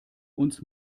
uns